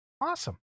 Awesome